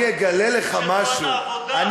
אני אגלה לך משהו,